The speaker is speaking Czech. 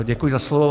Děkuji za slovo.